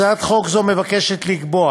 הצעת חוק זו מבקשת לקבוע